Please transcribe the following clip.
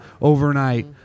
overnight